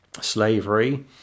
slavery